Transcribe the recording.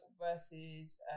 versus